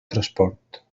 transport